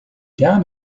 down